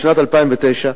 בשנת 2009,